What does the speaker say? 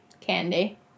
Candy